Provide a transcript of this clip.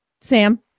Sam